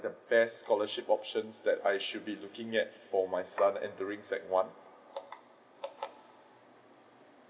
the best scholarship option that I should be looking at for my son entering SEC one